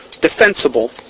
defensible